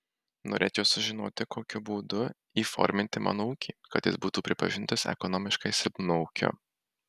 norėčiau sužinoti kokiu būdu įforminti mano ūkį kad jis būtų pripažintas ekonomiškai silpnu ūkiu